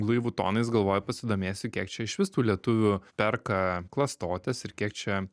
lui vutonais galvoju pasidomėsiu kiek čia išvis tų lietuvių perka klastotes ir kiek čia